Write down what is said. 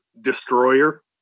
destroyer